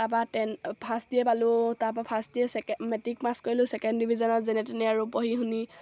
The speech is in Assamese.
তাৰপৰা টেন ফাৰ্ষ্ট ইয়েৰ পালোঁ তাৰপৰা first year second matric pass কৰিলোঁ ছেকেণ্ড ডিভিজনত যেনে তেনে আৰু পঢ়ি শুনি